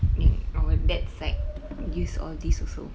yang our dad's side use all these also